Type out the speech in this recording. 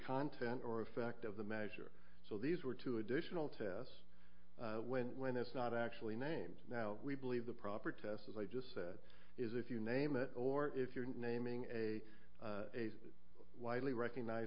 content or effect of the measure so these were two additional tests when when it's not actually named now we believe the proper test as i just said is if you name it or if you're naming a widely recognize